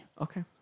Okay